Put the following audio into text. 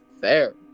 fair